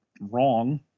wrong